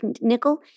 nickel